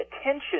attention